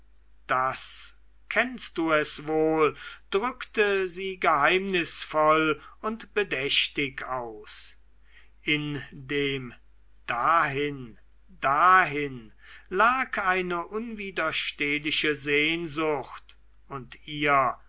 das kennst du es wohl drückte sie geheimnisvoll und bedächtig aus in dem dahin dahin lag eine unwiderstehliche sehnsucht und ihr